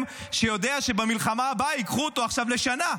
שיודע שבמלחמה הבאה ייקחו אותו עכשיו לשנה?